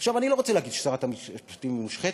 עכשיו, אני לא רוצה להגיד ששרת המשפטים מושחתת,